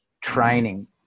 training